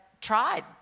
tried